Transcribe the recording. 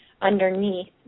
underneath